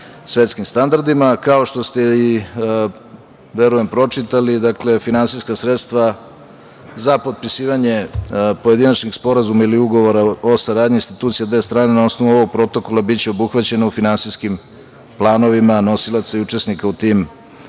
svetskim standardima. Kao što ste i, verujem, pročitali, finansijska sredstva za potpisivanje pojedinačnih sporazuma ili ugovora o saradnji institucija dve strane na osnovu ovog protokola biće obuhvaćeno u finansijskim planovima, nosilaca i učesnika u tim